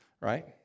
right